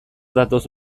datoz